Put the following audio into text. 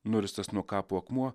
nuristas nuo kapo akmuo